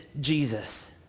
Jesus